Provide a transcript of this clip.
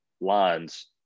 lines